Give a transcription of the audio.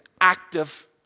active